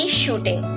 shooting